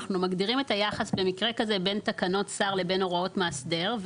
אנחנו מגדירים את היחס במקרה כזה בין תקנות שר לבין הוראות מאסדר,